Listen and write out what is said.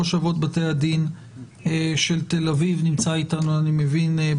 ראש אבות בתי הדין של תל אביב נמצא אתנו בזום,